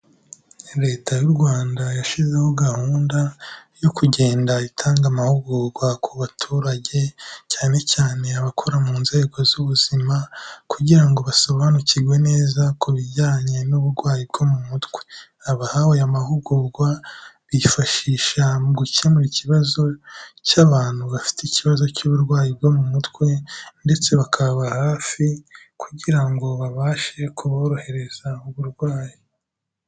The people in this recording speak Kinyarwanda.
Leta y'u Rwanda yashyizeho gahunda yo kugenda itanga amahugurwa ku baturage, cyane cyane abakora mu nzego z'ubuzima kugira ngo basobanukirwe neza ku bijyanye n'uburwayi bwo mu mutwe, abahawe aya mahugurwa bifashisha mu gukemura ikibazo cy'abantu bafite ikibazo cy'uburwayi bwo mu mutwe ndetse bakababa hafi kugira ngo babashe kuborohereza uburwayi.